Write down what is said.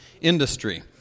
industry